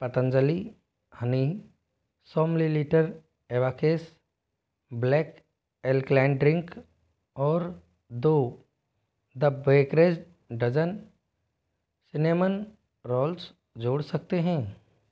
Patanjali honey सौ millilitre Evocus black alkaline drink और दो the bakers dozen cinnamon rolls जोड़ सकते हैं